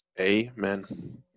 Amen